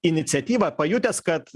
iniciatyvą pajutęs kad